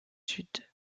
sud